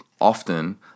often